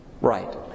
Right